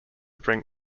bring